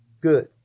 good